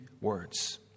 words